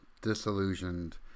disillusioned